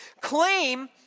Claim